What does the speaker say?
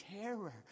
terror